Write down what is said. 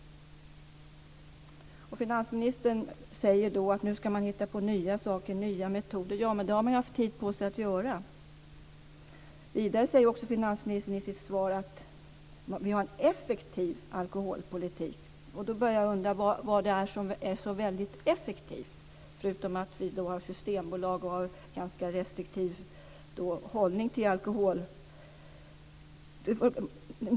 Finansministern säger att man nu ska hitta på nya saker och nya metoder. Men det har man ju haft tid på sig att göra. Vidare säger finansministern i sitt svar att vi har en effektiv alkoholpolitik. Då börjar jag undra vad det är som är så väldigt effektivt, förutom att vi har systembolag och en ganska restriktiv hållning till alkohol.